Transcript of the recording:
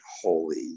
holy